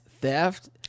theft